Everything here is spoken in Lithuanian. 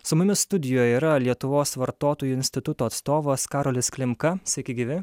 su mumis studijoje yra lietuvos vartotojų instituto atstovas karolis klimka sveiki gyvi